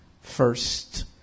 first